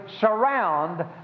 surround